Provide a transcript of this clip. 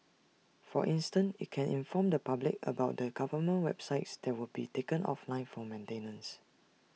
for instance IT can inform the public about the government websites that would be taken offline for maintenance